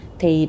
thì